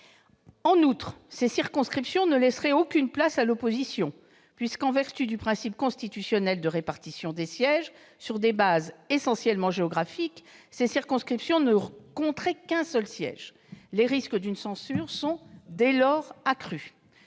En outre, de telles circonscriptions ne laisseraient aucune place à l'opposition. En effet, en vertu du principe constitutionnel de répartition des sièges sur des bases essentiellement démographiques, elles ne compteraient qu'un seul siège. Les risques d'une censure sont dès lors accrus.